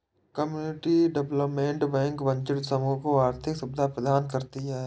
community development bank वंचित समूह को आर्थिक सुविधा प्रदान करती है